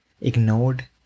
ignored